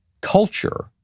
culture